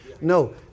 No